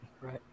right